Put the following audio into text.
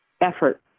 effort